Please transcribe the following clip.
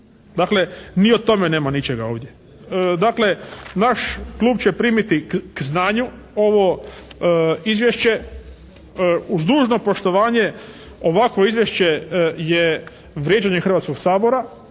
Dakle ni o tome nema ničega ovdje. Dakle naš klub će primiti k znanju ovo izvješće. Uz dužno poštovanje ovakvo izvješće je vrijeđanje Hrvatskog sabora